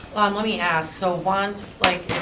let me ask, so once like